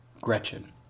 Gretchen